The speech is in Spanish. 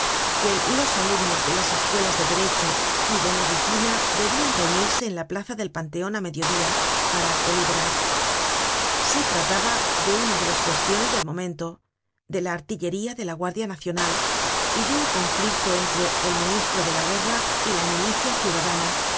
que los alumnos de las escuelas de derecho y de medicina debian reunirse en la plaza del panteon á medio diapara deliberar se trataba de una de las cuestiones del momento de la artillería de la guardia nacional y de un conflicto entre el ministro de la guerra y la milicia ciudadana